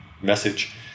message